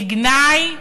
לגנאי.